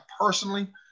personally